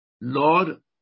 Lord